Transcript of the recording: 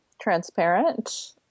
Transparent